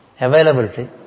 Availability